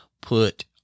put